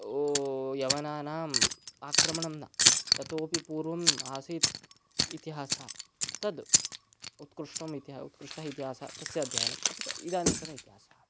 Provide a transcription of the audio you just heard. वो यवनानाम् आक्रमणं न ततोपि पूर्वम् आसीत् इतिहासः तद् उत्कृष्टः इतिहासः उत्कृष्टः इतिहासः तस्य अध्ययनम् अपि च इदानीन्तन इतिहासः